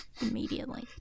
Immediately